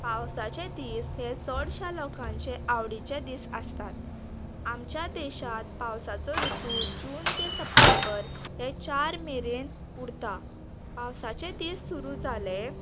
पावसाचे दीस हे चडश्या लोकांचे आवडीचे दीस आसतात आमच्या देशांत पावसाचो ऋतू जून ते सप्टेंबर हे चार मेरेन उरता पावसाचे दीस सुरू जाले